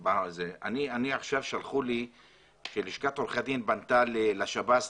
עכשיו שלחו לי שלשכת עורכי הדין פנתה לשב"ס,